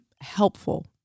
helpful